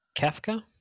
Kafka